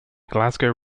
glasgow